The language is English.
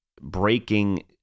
breaking